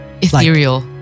Ethereal